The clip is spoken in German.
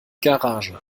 garage